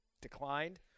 declined